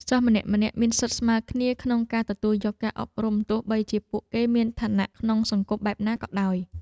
សិស្សម្នាក់ៗមានសិទ្ធិស្មើគ្នាក្នុងការទទួលយកការអប់រំទោះបីជាពួកគេមានឋានៈក្នុងសង្គមបែបណាក៏ដោយ។